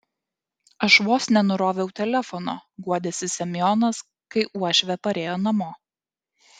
aš vos nenuroviau telefono guodėsi semionas kai uošvė parėjo namo